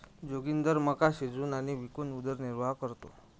जोगिंदर मका शिजवून आणि विकून उदरनिर्वाह करतो